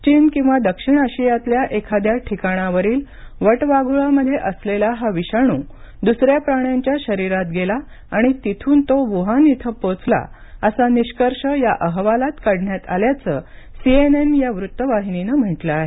चीन किंवा दक्षिण आशियातल्या एखाद्या ठिकाणावरील वटवाघळामध्ये असलेला हा विषाणू दुसऱ्या प्राण्यांच्या शरीरात गेला आणि तिथून तो वुहान इथं पोहोचला असा निष्कर्ष या अहवालात काढण्यात आल्याचं सीएनएन या वाहिनीनं म्हटलं आहे